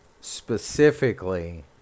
specifically